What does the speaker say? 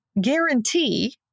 guarantee